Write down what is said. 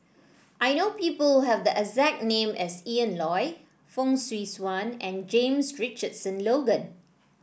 I know people who have the exact name as Ian Loy Fong Swee Suan and James Richardson Logan